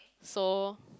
so